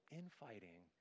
infighting